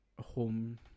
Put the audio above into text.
home